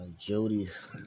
Jody's